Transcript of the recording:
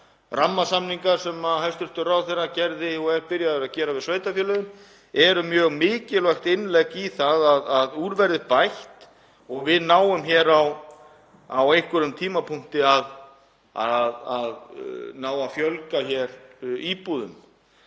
Rammasamningar sem hæstv. ráðherra gerði og er byrjaður að gera við sveitarfélögin eru mjög mikilvægt innlegg í það að úr verði bætt og við náum á einhverjum tímapunkti að fjölga hér íbúðum